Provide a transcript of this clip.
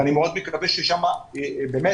ואני מאוד מקווה ששם באמת